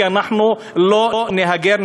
כי אנחנו לא נהגר,